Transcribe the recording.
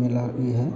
मिला भी है